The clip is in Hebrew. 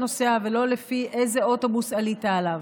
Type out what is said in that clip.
נוסע ולא לפי איזה אוטובוס עלית עליו,